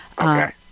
Okay